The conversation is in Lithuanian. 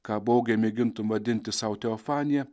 ką baugiai mėgintum vadinti sau teofanija